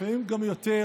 ולפעמים גם יותר,